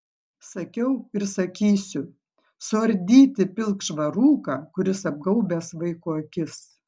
sakiau ir sakysiu suardyti pilkšvą rūką kuris apgaubęs vaiko akis